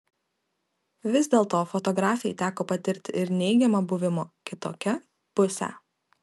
vis dėlto fotografei teko patirti ir neigiamą buvimo kitokia pusę